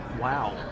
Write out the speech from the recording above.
Wow